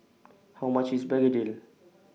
How much IS Begedil